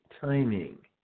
timing